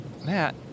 Matt